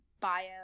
bio